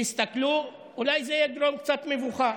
תסתכלו, אולי זה יגרום קצת מבוכה